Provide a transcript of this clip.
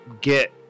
get